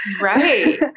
Right